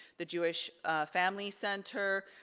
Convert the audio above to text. the jewish family center,